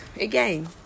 again